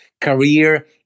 career